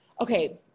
Okay